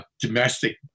domestic